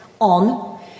on